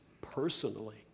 personally